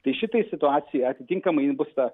tai šitai situacijai atitinkamai jin bus ta